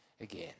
again